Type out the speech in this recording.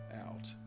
out